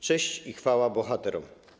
Cześć i chwała bohaterom!